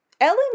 Ellen